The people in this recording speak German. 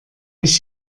ich